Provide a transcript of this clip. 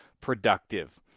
productive